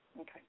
Okay